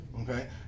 Okay